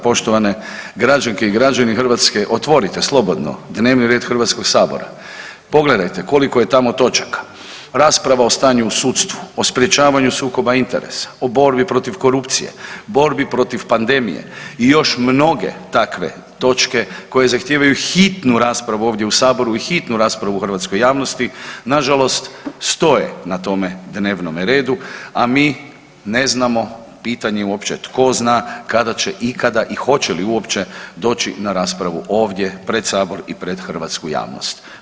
Poštovane građanke i građani Hrvatske otvorite slobodno dnevni red Hrvatskog sabora, pogledajte koliko je tamo točaka, rasprava o stanju u sudstvu, o sprječavanju sukoba interesa, o borbi protiv korupcije, borbi protiv pandemije i još mnoge takve točke koje zahtijevaju hitnu raspravu ovdje u saboru i hitnu raspravu u hrvatskoj javnosti, nažalost stoje na tome dnevnome redu, a mi ne znamo, pitanje uopće tko zna kada će ikada i hoće li uopće doći na raspravu ovdje pred sabor i pred hrvatsku javnost.